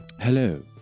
Hello